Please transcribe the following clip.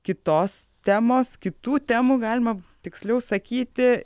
kitos temos kitų temų galima tiksliau sakyti